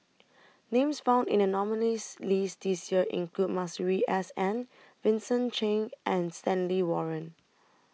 Names found in The nominees' list This Year include Masuri S N Vincent Cheng and Stanley Warren